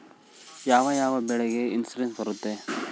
ಯಾವ ಯಾವ ಬೆಳೆಗೆ ಇನ್ಸುರೆನ್ಸ್ ಬರುತ್ತೆ?